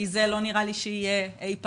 כי זה לא נראה לי שיהיה אי פעם,